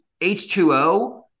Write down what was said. H2O